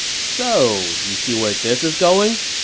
so you see where this is going?